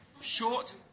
Short